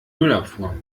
müllabfuhr